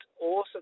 awesome